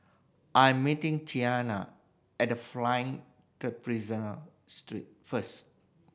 I'm meeting Tiana at The Flying Trapeze street first